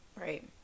Right